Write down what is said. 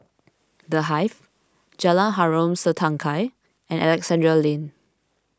the Hive Jalan Harom Setangkai and Alexandra Lane